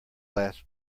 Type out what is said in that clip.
last